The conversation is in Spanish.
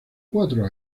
cuatro